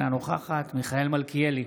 אינה נוכחת מיכאל מלכיאלי,